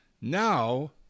now